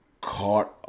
caught